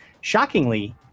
Shockingly